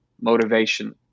motivation